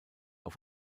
auf